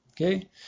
Okay